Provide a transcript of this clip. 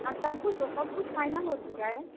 हाँ सब कुछ है सब कुछ फ़ाइनल हो चुका है